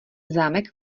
zámek